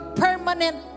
permanent